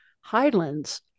highlands